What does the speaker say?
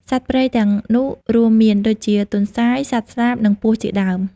សត្វព្រៃទាំងនោះរួមមានដូចជា ទន្សាយ សត្វស្លាប និងពស់ជាដើម។